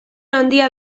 handia